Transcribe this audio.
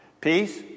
Peace